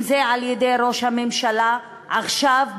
אם על-ידי ראש הממשלה עכשיו,